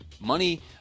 Money